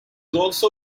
also